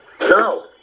No